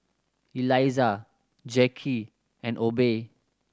Elizah Jacky and Obe